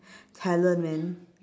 talent man